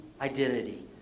identity